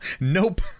Nope